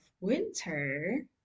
winter